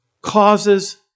causes